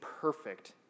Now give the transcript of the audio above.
perfect